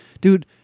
Dude